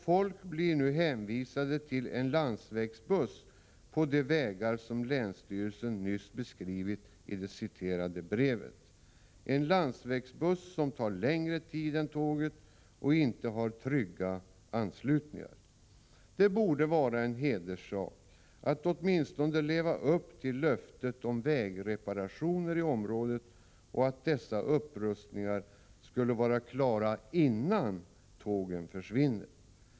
Folk är nu hänvisade till en landsvägsbuss på de vägar som länsstyrelsen beskrivit i det citerade brevet — en landsvägsbuss som tar längre tid än tåget och inte har trygga anslutningar. Det borde vara en hederssak att åtminstone leva upp till löftet om vägreparationer i området, och dessa upprustningar borde vara klara innan tågen försvinner.